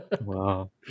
Wow